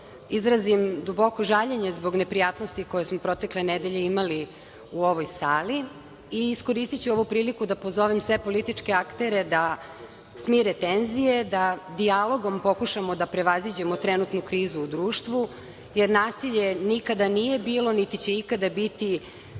izrazim duboko žaljenje zbog neprijatnosti koje smo protekle nedelje imali u ovoj sali. Iskoristiću ovu priliku da pozovem sve političke aktere da smire tenzije, da dijalogom pokušamo da prevaziđemo trenutnu krizu u društvu, jer nasilje nikada nije bilo, niti će ikada biti